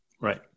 Right